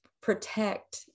protect